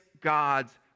God's